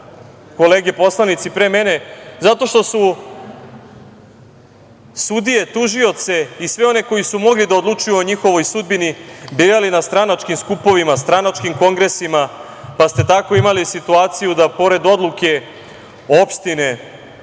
kolege poslanici pre mene, zato što su sudije, tužioce i sve one koji su mogli da odlučuju o njihovoj sudbini birali na stranačkim skupovima, stranačkim kongresima, pa ste tako imali situaciju da pored odluke opštine